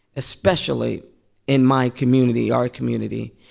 especially in my community, our community,